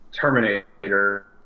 Terminator